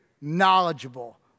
knowledgeable